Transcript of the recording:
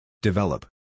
Develop